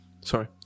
Sorry